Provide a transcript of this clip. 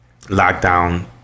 Lockdown